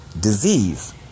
disease